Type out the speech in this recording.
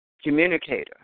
communicator